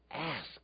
ask